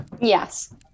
Yes